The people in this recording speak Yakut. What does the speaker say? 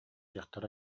дьахтар